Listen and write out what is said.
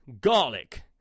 Garlic